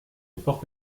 efforts